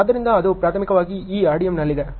ಆದ್ದರಿಂದ ಅದು ಪ್ರಾಥಮಿಕವಾಗಿ ಈ RDMನಲ್ಲಿದೆ